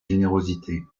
générosité